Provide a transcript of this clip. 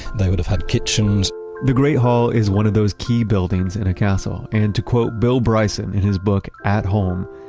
they would have had kitchens the great hall is one of those key buildings in a castle, and to quote bill bryson in his book, at home,